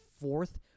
fourth